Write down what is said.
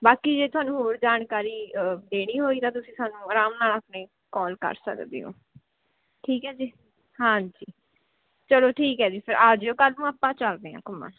ਬਾਕੀ ਜੇ ਤੁਹਾਨੂੰ ਹੋਰ ਜਾਣਕਾਰੀ ਦੇਣੀ ਹੋਈ ਤਾਂ ਤੁਸੀਂ ਸਾਨੂੰ ਆਰਾਮ ਨਾਲ ਆਪਣੀ ਕਾਲ ਕਰ ਸਕਦੇ ਓ ਠੀਕ ਹੈ ਜੀ ਹਾਂਜੀ ਚਲੋ ਠੀਕ ਹੈ ਜੀ ਫਿਰ ਆ ਜਿਓ ਕੱਲ੍ਹ ਨੂੰ ਆਪਾਂ ਚੱਲਦੇ ਆ ਘੁੰਮਣ